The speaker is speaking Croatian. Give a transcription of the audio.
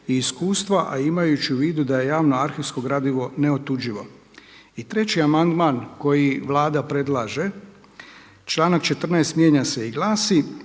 i iskustva, a imajući u vidu da je javno arhivsko gradivo neotuđivo. I treći amandman koji Vlada predlaže članak 14. mijenja se i glasi: